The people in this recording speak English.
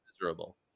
miserable